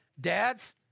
Dads